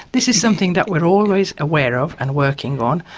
this is something that we are always aware of and working on,